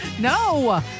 No